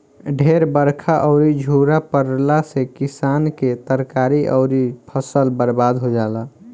ढेर बरखा अउरी झुरा पड़ला से किसान के तरकारी अउरी फसल बर्बाद हो जाला